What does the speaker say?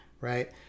Right